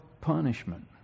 punishment